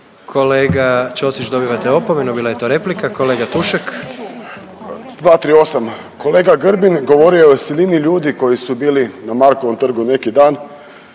Kolega Ćosić dobivate opomenu, bila je to replika. Kolega Tušek. **Tušek, Žarko (HDZ)** 238., kolega Grbin je o silini ljudi koji su bili na Markovom trgu neki dan,